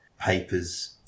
papers